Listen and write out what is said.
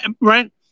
Right